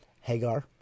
Hagar